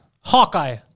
Hawkeye